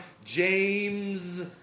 James